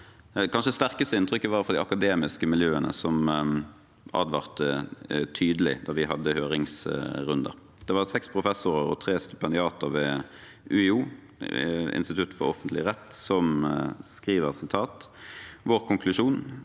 kanskje sterkeste inntrykket var fra de akademiske miljøene, som advarte tydelig da vi hadde høringsrunde. Seks professorer og tre stipendiater ved UiO, Institutt for offentlig rett, skriver følgende: «Vår konklusjon